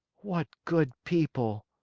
what good people,